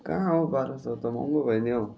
कहाँ हौ बाह्र सय त महँगो भयो नि हौ